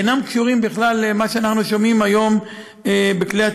אינם קשורים בכלל למה שאנחנו שומעים היום בכלי התקשורת,